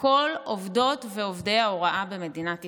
כל עובדות ועובדי ההוראה במדינת ישראל,